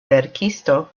verkisto